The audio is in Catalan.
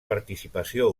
participació